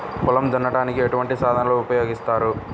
పొలం దున్నడానికి ఎటువంటి సాధనలు ఉపకరిస్తాయి?